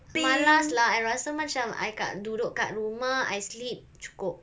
malas lah I rasa macam I kat duduk kat rumah I sleep cukup